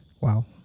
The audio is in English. wow